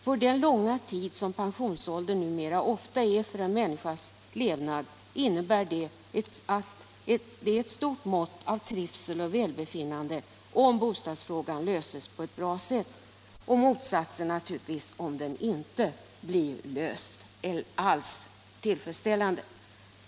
För den långa tid som pensionsåldern numera ofta är av en människas levnad innebär det ett stort mått av trivsel och välbefinnande om bostadsfrågan löses på ett bra sätt — och motsatsen naturligtvis om den inte alls blir löst tillfredsställande.